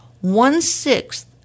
one-sixth